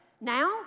Now